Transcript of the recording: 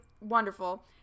wonderful